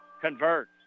convert